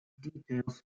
details